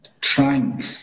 trying